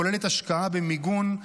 כוללת השקעה במיגון,